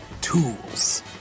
tools